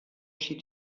schied